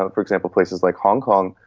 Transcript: ah for example, places like hong kong,